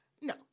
No